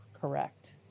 correct